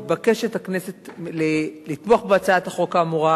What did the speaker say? הכנסת מתבקשת לתמוך בהצעת החוק האמורה